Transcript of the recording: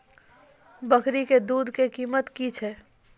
बकरी के दूध के कीमत की छै?